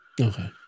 Okay